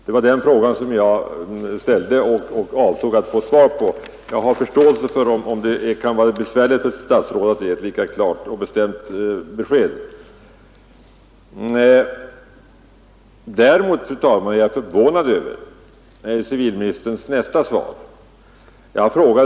Det var den frågan jag avsåg att få svar på, men jag har förståelse för om det kan vara besvärligt för statsrådet att ge ett klart och bestämt besked. Däremot, fru talman, är jag förvånad över civilministerns svar på min nästa fråga.